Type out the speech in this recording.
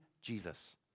Jesus